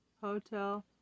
hotel